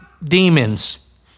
demons